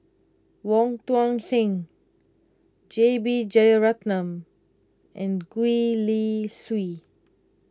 Wong Tuang Seng J B Jeyaretnam and Gwee Li Sui